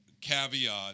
caveat